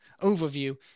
overview